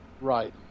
Right